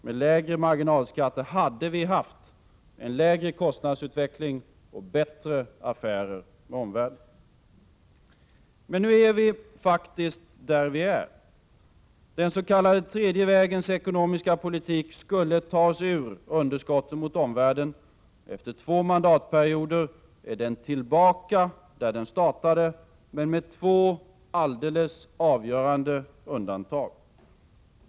Med lägre marginalskatter hade vi haft en lägre kostnadsutveckling och bättre affärer med omvärlden. Men nu är vi där vi är. Den s.k. tredje vägens ekonomiska politik skulle ta oss ur underskotten mot omvärlden. Efter två mandatperioder är den tillbaka där den startade, men med två alldeles avgörande undantag.